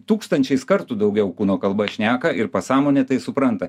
tūkstančiais kartų daugiau kūno kalba šneka ir pasąmonė tai supranta